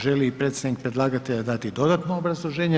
Želi li predstavnik predlagatelja dati dodatno obrazloženje?